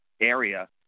area